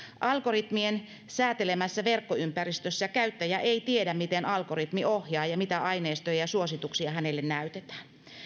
algoritmien säätelemässä verkkoympäristössä käyttäjä ei tiedä miten algoritmi ohjaa ja mitä aineistoja ja suosituksia hänelle näytetään